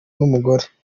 n’umugore